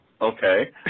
Okay